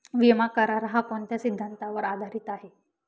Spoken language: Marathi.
विमा करार, हा कोणत्या सिद्धांतावर आधारीत आहे?